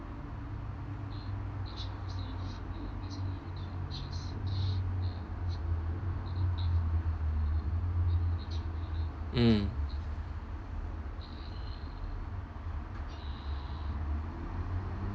mm